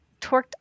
torqued